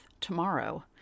tomorrow